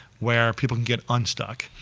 where people can get unstuck.